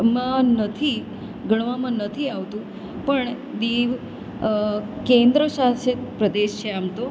માં નથી ગણવામાં નથી આવતું પણ દીવ કેન્દ્રશાસિત પ્રદેશ છે આમ તો